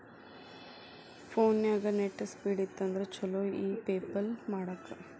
ಫೋನ್ಯಾಗ net speed ಇತ್ತಂದ್ರ ಚುಲೊ ಇ ಪೆಪಲ್ ಮಾಡಾಕ